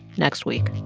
next week,